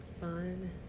fun